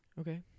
Okay